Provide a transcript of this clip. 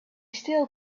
still